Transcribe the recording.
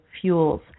Fuels